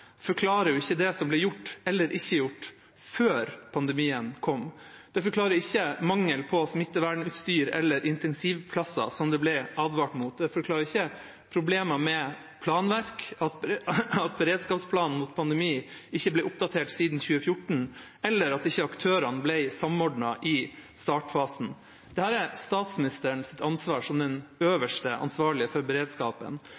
forklarer ikke det som ble gjort eller ikke ble gjort før pandemien kom. Det forklarer ikke mangelen på smittevernutstyr eller intensivplasser, som det ble advart om. Det forklarer ikke problemer med planverk, at beredskapsplanen mot pandemi ikke var oppdatert siden 2014, eller at aktørene ikke ble samordnet i startfasen. Dette er statsministerens ansvar som den